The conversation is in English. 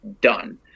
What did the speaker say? done